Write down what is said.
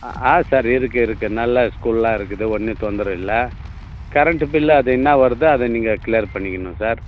ஆ sir இருக்கு இருக்கு நல்ல ஸ்கூல்லாம் இருக்குது ஒன்றும் தொந்தரவு இல்லை கரண்ட்டு பில்லு அது என்னா வருதோ அதை நீங்கள் க்ளியர் பண்ணிக்கணும் சார்